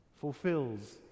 fulfills